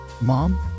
Mom